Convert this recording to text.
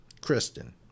Kristen